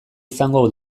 izango